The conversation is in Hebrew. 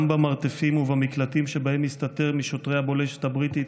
גם במרתפים ובמקלטים שבהם הסתתר משוטרי הבולשת הבריטית,